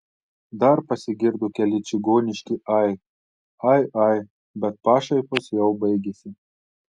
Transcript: dar pasigirdo keli čigoniški ai ai ai bet pašaipos jau baigėsi